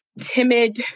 timid